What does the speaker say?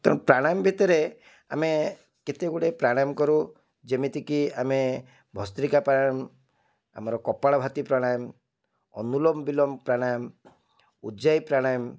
ତେଣୁ ପ୍ରାଣାୟାମ ଭିତରେ ଆମେ କେତେଗୁଡ଼ିଏ ପ୍ରାଣାୟାମ କରୁ ଯେମିତିକି ଆମେ ଭସ୍ତ୍ରିକା ପ୍ରାଣାୟାମ ଆମର କପାଳଭାରତି ପ୍ରାଣାୟାମ ଅନୁଲୋମ ବିଲୋମ ପ୍ରାଣାୟାମ ଉଜ୍ଜୟି ପ୍ରାଣାୟାମ